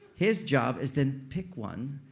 his job is then pick one,